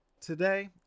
Today